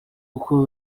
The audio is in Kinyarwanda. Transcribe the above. uko